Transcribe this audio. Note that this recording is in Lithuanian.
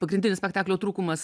pagrindinis spektaklio trūkumas